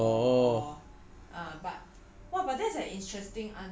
what did anything new that you learnt or